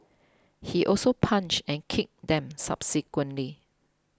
he also punched and kicked them subsequently